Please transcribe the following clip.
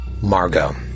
Margot